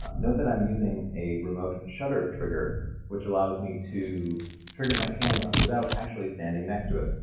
note that i'm using a remote shutter trigger which allows me to trigger my camera without actually standing next to it.